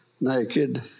naked